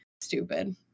stupid